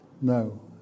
no